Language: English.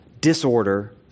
disorder